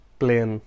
plain